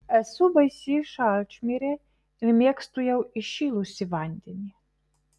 esu baisi šalčmirė ir mėgstu jau įšilusį vandenį